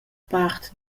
part